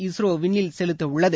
இஸ்ரோ விண்ணில் செலுத்த உள்ளது